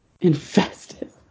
Infested